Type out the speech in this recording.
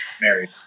married